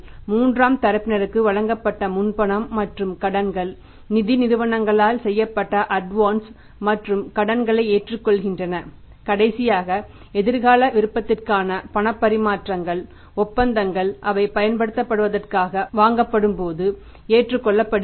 மூன்றாம் தரப்பினருக்கு வழங்கப்பட்ட முன்பணம் மற்றும் கடன்கள் நிதி நிறுவனங்களால் செய்யப்பட்ட அட்வான்ஸ் மற்றும் கடன்களை ஏற்றுக்கொள்கின்றன கடைசியாக எதிர்கால விருப்பத்திற்கான பணப்பரிமாற்றங்கள் ஒப்பந்தங்கள் அவை பலப்படுத்தப்படுவதற்காக வாங்கப்படும்போது ஏற்றுக்கொள்ளப்படுகிறது